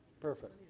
perfect.